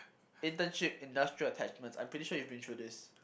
internship industrial attachments I'm pretty sure you've been through this